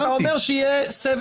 אתה אומר שיהיה סבב של הסתייגויות.